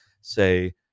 say